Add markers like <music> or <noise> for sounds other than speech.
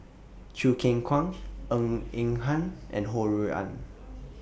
Choo Keng Kwang Ng Eng Hen and Ho Rui An <noise>